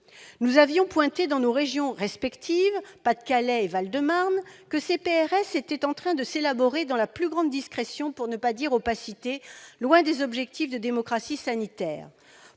Nous avions relevé, dans nos départements respectifs, Pas-de-Calais et Val-de-Marne, que ces PRS étaient en train de s'élaborer dans la plus grande discrétion, pour ne pas dire opacité, loin des objectifs de démocratie sanitaire.